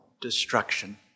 destruction